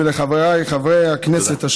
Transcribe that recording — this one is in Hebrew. ולחבריי חברי הכנסת, תודה.